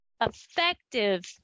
effective